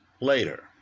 later